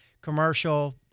commercial